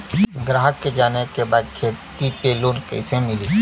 ग्राहक के जाने के बा की खेती पे लोन कैसे मीली?